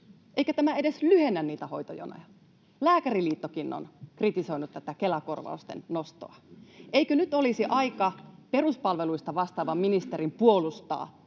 eikä tämä edes lyhennä niitä hoitojonoja. Lääkäriliittokin on kritisoinut tätä Kela-korvausten nostoa. Eikö nyt olisi aika peruspalveluista vastaavan ministerin puolustaa